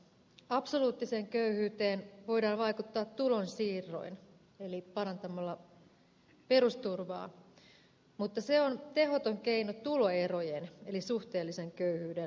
absoluuttiseen köyhyyteen voidaan vaikuttaa tulonsiirroin eli parantamalla perusturvaa mutta se on tehoton keino tuloerojen eli suhteellisen köyhyyden nujertamiseen